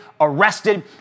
arrested